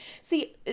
See